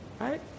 right